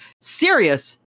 serious